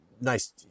nice